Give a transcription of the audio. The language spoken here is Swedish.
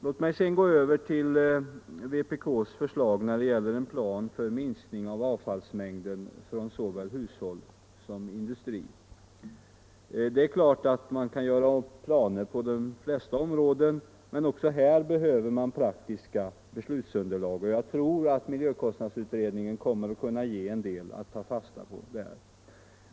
Låt mig sedan gå över till vpk:s förslag om en plan för minskning av avfallsmängden från såväl hushåll som industri. Det är klart att man kan göra upp planer på de flesta områden. Men också här behöver man praktiska beslutsunderlag, och jag tror att miljökostnadsutredningen kommer att ge en del att ta fasta på.